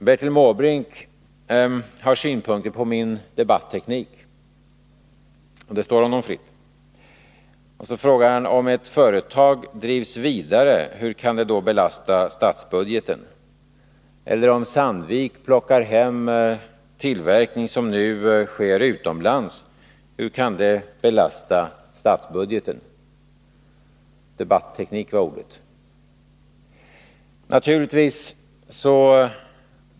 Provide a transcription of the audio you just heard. Bertil Måbrink har synpunkter på min debatteknik — det står honom fritt — och så frågar han: Om ett företag drivs vidare, hur kan det då belasta statsbudgeten? Eller om Sandvik plockar hem tillverkning som nu sker utomlands, hur kan det belasta statsbudgeten? Debatteknik var ordet.